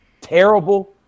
terrible